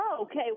Okay